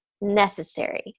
necessary